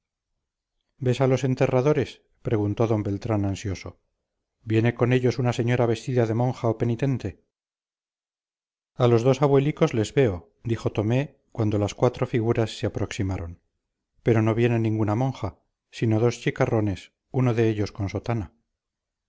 a los enterradores preguntó don beltrán ansioso viene con ellos una señora vestida de monja o penitente a los dos abuelicos les veo dijo tomé cuando las cuatro figuras se aproximaron pero no viene ninguna monja sino dos chicarrones uno de ellos con sotana